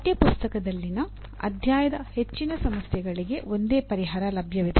ಪಠ್ಯ ಪುಸ್ತಕದಲ್ಲಿನ ಅಧ್ಯಾಯದ ಹೆಚ್ಚಿನ ಸಮಸ್ಯೆಗಳಿಗೆ ಒಂದೇ ಪರಿಹಾರ ಲಭ್ಯವಿದೆ